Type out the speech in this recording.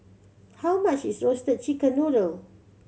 how much is Roasted Chicken Noodle